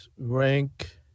rank